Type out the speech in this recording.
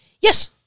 Yes